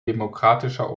demokratischer